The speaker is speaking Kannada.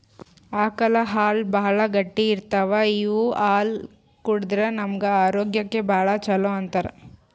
ಆಕಳ್ ಹಾಲ್ ಭಾಳ್ ಗಟ್ಟಿ ಇರ್ತವ್ ಇವ್ ಹಾಲ್ ಕುಡದ್ರ್ ನಮ್ ಆರೋಗ್ಯಕ್ಕ್ ಭಾಳ್ ಛಲೋ ಅಂತಾರ್